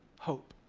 hope.